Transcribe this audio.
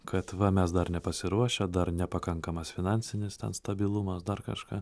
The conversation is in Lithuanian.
kad va mes dar nepasiruošę dar nepakankamas finansinis stabilumas dar kažką